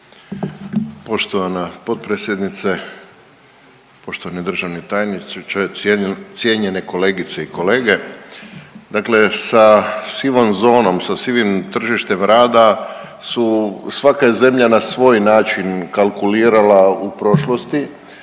Poštovana potpredsjednice, poštovani državni tajniče, cijenjene kolegice i kolege, dakle sa sivom zonom, sa sivim tržištem rada su svaka je zemlja na svoj način kalkulirana u prošlosti